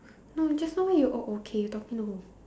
no just now why you oh okay you talking to who